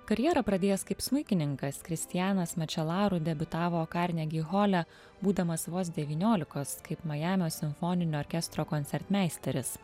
karjerą pradėjęs kaip smuikininkas kristianas mečelaru debiutavo karnegi hole būdamas vos devyniolikos kaip majamio simfoninio orkestro koncertmeisteris